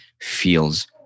feels